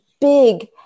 big